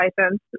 license